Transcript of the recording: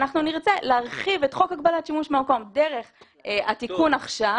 ואנחנו נרצה להרחיב את חוק הגבלת שימוש במקום דרך התיקון עכשיו.